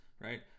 right